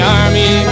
army